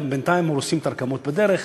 בינתיים גם הרסו את הרקמות בדרך,